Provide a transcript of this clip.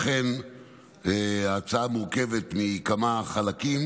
ההצעה מורכבת מכמה חלקים,